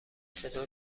چطور